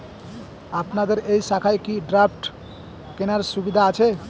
আপনাদের এই শাখায় কি ড্রাফট কেনার সুবিধা আছে?